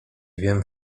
wiem